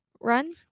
run